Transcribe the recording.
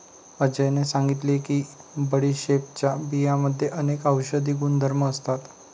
अजयने सांगितले की बडीशेपच्या बियांमध्ये अनेक औषधी गुणधर्म असतात